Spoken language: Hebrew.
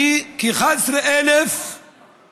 וכ-11,000